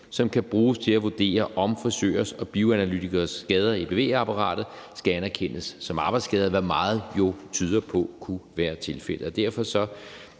som kan bruges til at vurdere, om frisørers og bioanalytikeres skader i bevægeapparatet skal anerkendes som arbejdsskader, hvilket meget jo tyder på kunne være tilfældet.